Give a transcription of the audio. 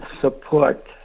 support